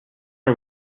are